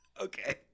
okay